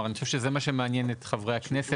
אני חושב שזה מה שמעניין את חברי הכנסת.